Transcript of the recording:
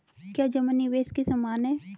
क्या जमा निवेश के समान है?